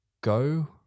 go